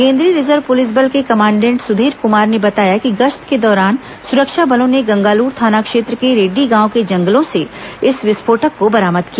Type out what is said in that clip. केंद्रीय reserve police बल के कमांडेंट सुधीर कुमार ने बताया कि गश्त के दौरान सुरक्षा बलों ने गंगालूर थाना क्षेत्र के रेड्डी गांव के जंगलों से इस विस्फोटक को बरामद किया